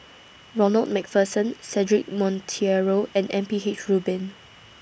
Ronald MacPherson Cedric Monteiro and M P H Rubin